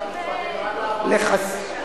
זה רק ל-4,000 איש.